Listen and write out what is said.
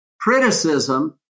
criticism